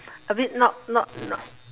a bit not not not